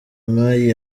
mayi